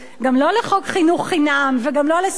גם לא לחוק חינוך חינם וגם לא לספרד,